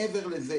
מעבר לזה,